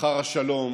אחר השלום